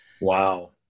Wow